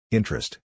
Interest